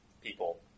people